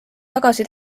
tagasi